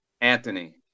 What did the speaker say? Anthony